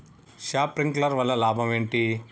Sprinkler వల్ల లాభం ఏంటి?